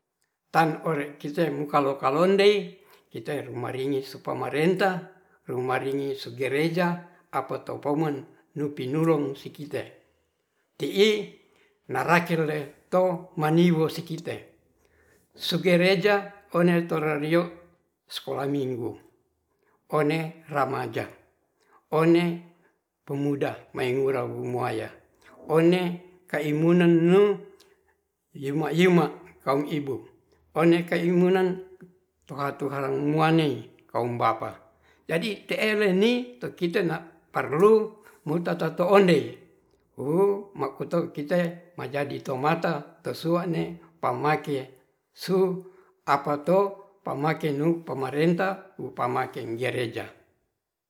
Tan ore kite mokalo-kalondei kite maringis supamarentah rumaringi soogereja apato pomen nu pi nurung si kite ki'i narakele to maniwo si kite su gereja one torario sekolah minggu one ramaja one pemuda meingura rumuayah one kaiman nu' yimak-yimak kaom ibu oneh kaimunan tuha-tuharang muanei kaom bapa jadi te'e leni kite nda parlu motatato ondei wuu makuto kite majadi timata to sua'ne pamake su apato pamake nu pamarentah pamake gereja